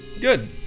good